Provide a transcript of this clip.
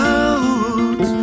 out